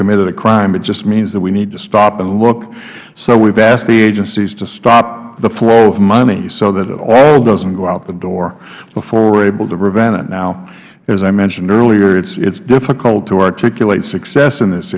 committed a crime it just means that we need to stop and look so we have asked the agencies to stop the flow of money so that it all doesn't go out the door before we are able to prevent it now as i mentioned earlier it is difficult to articulate success in this